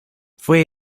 fue